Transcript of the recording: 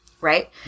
Right